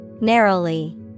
narrowly